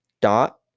Dot